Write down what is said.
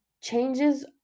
changes